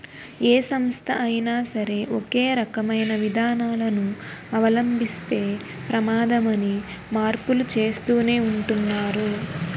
ఏ సంస్థ అయినా సరే ఒకే రకమైన విధానాలను అవలంబిస్తే ప్రమాదమని మార్పులు చేస్తూనే ఉంటున్నారు